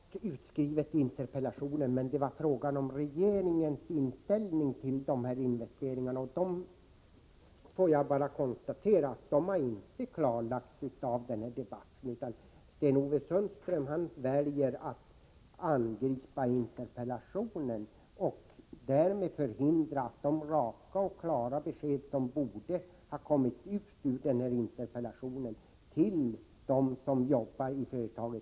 Herr talman! Det är klart utskrivet i interpellationen. Men det var fråga om regeringens inställning till investeringarna, och jag får konstatera att det inte har klarlagts i den här debatten. Sten-Ove Sundström väljer att angripa interpellationen och därmed förhindra att raka och klara besked, som borde ha kommit ut ur denna interpellationsdebatt, verkligen ges till dem som jobbar i företaget.